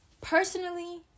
personally